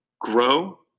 grow